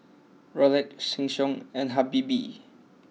Rolex Sheng Siong and Habibie